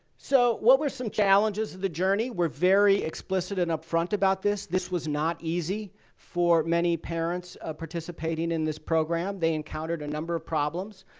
so what were some challenges of the journey? we're very explicit and up-front about this. this was not easy for many parents participating in this program. they encountered a number of problems.